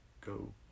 Go